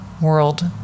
world